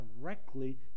directly